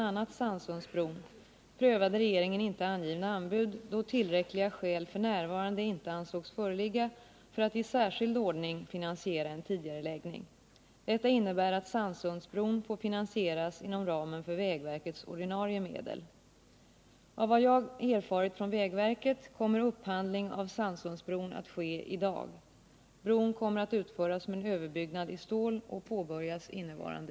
Det finns dock ingenting i utvecklingen på arbetsmarknaden som stöder denna nya prioritering. När kan den enligt den tidigare regeringens beslut redan upphandlade Sannsundsbron beräknas komma till utförande?